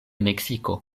meksiko